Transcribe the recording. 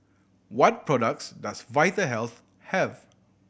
what products does Vitahealth have